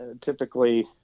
typically